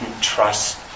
trust